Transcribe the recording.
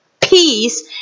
peace